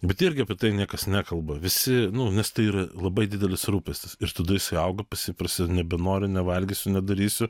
bet irgi apie tai niekas nekalba visi nu nes tai yra labai didelis rūpestis ir tada jisai auga pas jį prasideda nebenoriu nevalgysiu nedarysiu